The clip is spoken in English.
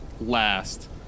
last